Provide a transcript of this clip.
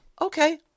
Okay